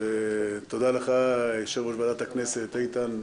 תודה לך, יושב-ראש ועדת הכנסת, איתן.